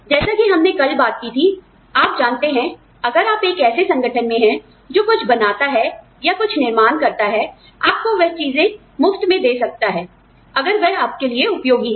जैसा कि हमने कल बात की थी आप जानते हैं अगर आप एक ऐसे संगठन में हैं जो कुछ बनाता है या कुछ निर्माण करता है आपको वह चीजें मुफ्त में दे सकता है अगर वह आपके लिए उपयोगी है